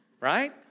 right